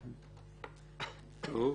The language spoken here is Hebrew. טוב.